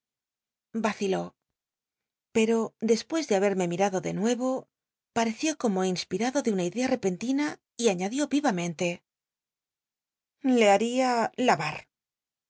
vaciló pero despucs de haberme mirado de nuevo pareció como inspirado de una idea repen tina y añadió vivamente i le haría lavar